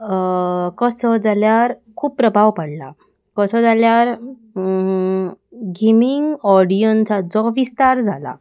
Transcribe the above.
कसो जाल्यार खूब प्रभाव पडला कसो जाल्यार गेमींग ऑडियन्सांचो विस्तार जाला